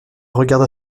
regarda